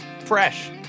Fresh